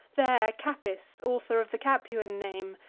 there capys, author of the capuan name,